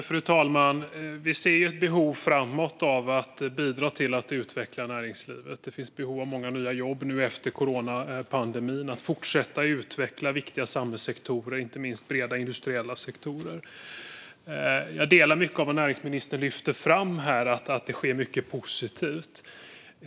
Fru talman! Vi ser ett behov framöver av att bidra till att utveckla näringslivet. Det finns behov av många nya jobb efter coronapandemin. Det finns också ett behov av att fortsätta att utveckla viktiga samhällssektorer, inte minst breda industriella sektorer. Jag håller med om mycket av det näringsministern lyfte fram om att det sker mycket positivt.